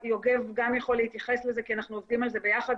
יוגב גם יכול להתייחס לזה כי אנחנו עובדים על זה ביחד,